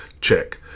Check